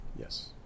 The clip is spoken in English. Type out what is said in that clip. Yes